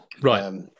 right